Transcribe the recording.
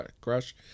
crash